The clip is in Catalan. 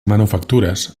manufactures